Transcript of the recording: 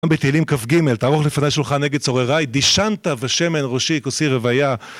גם בתהילים כ"ג, תערוך לפני שולחן נגד צוררי, דישנת בשמן ראשי כוסי רוויה